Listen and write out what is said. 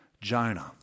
Jonah